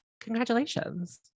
Congratulations